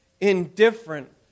indifferent